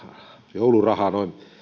joulurahaa